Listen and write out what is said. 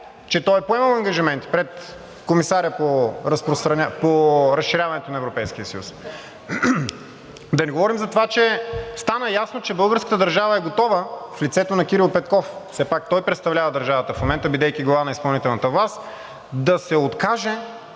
че той е поемал ангажименти пред комисаря по разширяването на Европейския съюз. Да не говорим за това, че стана ясно, че българската държава е готова, в лицето на Кирил Петков, все пак той представлява държавата в момента, бидейки глава на изпълнителната власт, да се откаже